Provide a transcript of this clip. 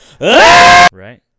Right